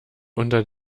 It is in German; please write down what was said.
unter